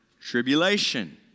Tribulation